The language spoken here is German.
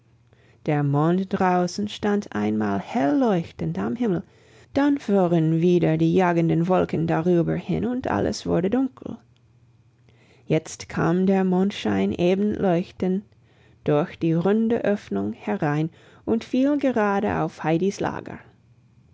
der mond draußen stand einmal hell leuchtend am himmel dann fuhren wieder die jagenden wolken darüber hin und alles wurde dunkel jetzt kam der mondschein eben leuchtend durch die runde öffnung herein und fiel gerade auf heidis lager